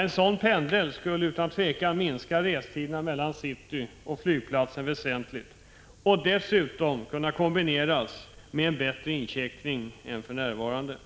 En sådan pendel skulle utan tvivel minska restiden mellan city och flygplatsen väsentligt och dessutom kunna kombineras med en bättre incheckning än för närvarande.